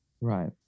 Right